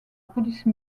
police